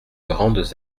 grandes